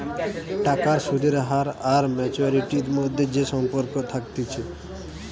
টাকার সুদের হার আর ম্যাচুয়ারিটির মধ্যে যে সম্পর্ক থাকতিছে